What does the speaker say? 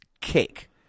kick